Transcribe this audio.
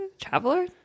Traveler